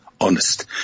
honest